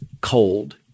cold